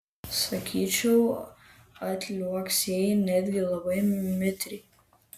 sakyčiau atliuoksėjai netgi labai mitriai